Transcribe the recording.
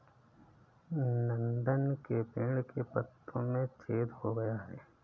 नंदन के पेड़ के पत्तों में छेद हो गया है